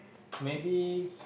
maybe